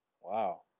Wow